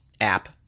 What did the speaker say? app